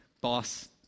boss